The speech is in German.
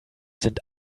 sind